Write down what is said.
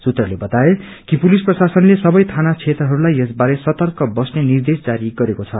सुत्रले बताए कि पुलिस प्रशासनले सबै थाना क्षेत्रहरूलाइ यस बारे सर्तक बस्ने निर्देश जारी गरेको छ